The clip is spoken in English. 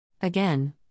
Again